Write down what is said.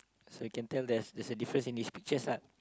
so we can tell there's there's a difference in these pictures lah